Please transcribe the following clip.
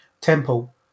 temple